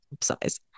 size